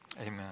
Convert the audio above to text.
amen